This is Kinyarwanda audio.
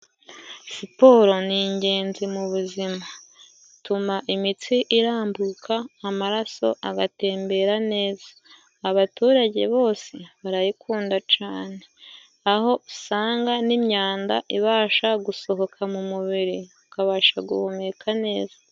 Siporo ni ingenzi mu buzima, ituma imitsi irambuka amaraso agatembera neza. Abaturage bose barayikunda cane aho usanga n'imyanda ibasha gusohoka mu mubiri ukabasha guhumeka neza.